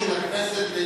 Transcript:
שדולה בכנסת.